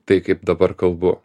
tai kaip dabar kalbu